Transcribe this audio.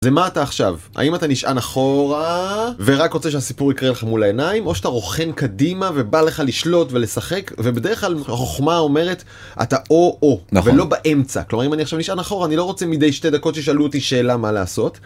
זה מה אתה עכשיו, האם אתה נשען אחורה ורק רוצה שהסיפור יקרה לך מול העיניים, או שאתה רוחן קדימה ובא לך לשלוט ולשחק, ובדרך כלל החוכמה אומרת אתה או-או, ולא באמצע. כלומר אם אני עכשיו נשען אחורה, אני לא רוצה מדי שתי דקות שישאלו אותי שאלה מה לעשות.